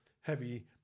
heavy